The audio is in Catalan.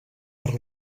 per